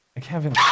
Kevin